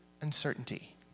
uncertainty